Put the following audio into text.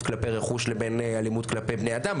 כלפי רכוש לבין אלימות כלפי בני אדם,